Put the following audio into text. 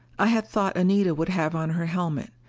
i had thought anita would have on her helmet.